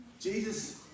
Jesus